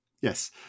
yes